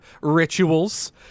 rituals